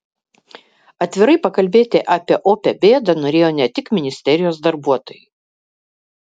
atvirai pakalbėti apie opią bėdą norėjo ne tik ministerijos darbuotojai